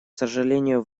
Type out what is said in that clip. сожалению